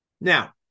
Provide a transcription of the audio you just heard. Now